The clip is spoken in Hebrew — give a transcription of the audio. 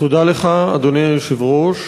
תודה לך, אדוני היושב-ראש.